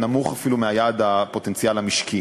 נמוך מיעד הפוטנציאל המשקי.